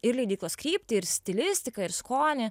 ir leidyklos kryptį ir stilistiką ir skonį